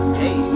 hey